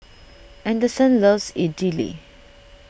anderson loves Idili